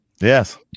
Yes